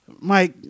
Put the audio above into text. Mike